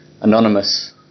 Anonymous